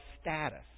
status